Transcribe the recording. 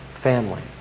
family